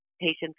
patients